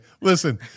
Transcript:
listen